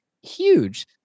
huge